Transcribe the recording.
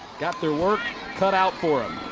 got their work cut out for them.